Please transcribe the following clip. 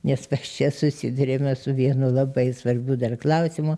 nes va čia susiduriame su vienu labai svarbiu dar klausimu